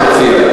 אתה מציע,